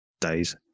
days